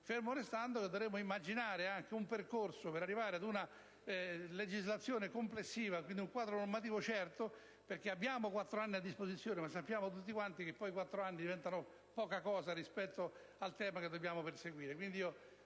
fermo restando che dovremmo immaginare un percorso per arrivare ad una legislazione complessiva in un quadro normativo certo, perché abbiamo quattro anni a disposizione, ma sappiamo tutti quanti che i quattro anni diventano poca cosa rispetto all'obiettivo che vogliamo perseguire.